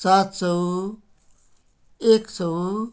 सात सौ एक सौ